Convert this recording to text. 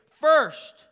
First